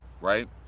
right